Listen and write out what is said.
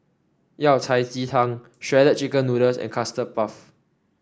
Yao Cai Ji Tang Shredded Chicken Noodles and Custard Puff